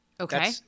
okay